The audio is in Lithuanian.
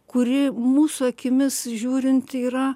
kuri mūsų akimis žiūrint yra